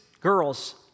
girls